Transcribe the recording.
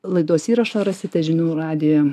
laidos įrašą rasite žinių radijo